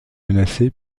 menacé